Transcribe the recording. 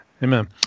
Amen